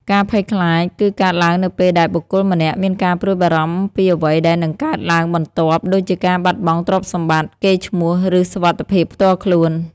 ការភ័យខ្លាចគឺកើតឡើងនៅពេលដែលបុគ្គលម្នាក់មានការព្រួយបារម្ភពីអ្វីដែលនឹងកើតឡើងបន្ទាប់ ដូចជាការបាត់បង់ទ្រព្យសម្បត្តិ កេរ្តិ៍ឈ្មោះ ឬសុវត្ថិភាពផ្ទាល់ខ្លួន។